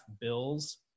bills